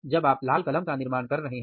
जब आप लाल कलम का निर्माण कर रहे हैं